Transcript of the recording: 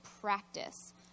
practice